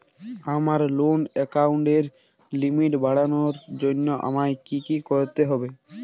আমার লোন অ্যাকাউন্টের লিমিট বাড়ানোর জন্য আমায় কী কী করতে হবে?